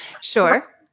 Sure